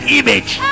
image